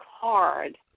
card